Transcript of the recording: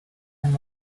and